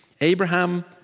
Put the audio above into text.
Abraham